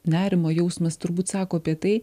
nerimo jausmas turbūt sako apie tai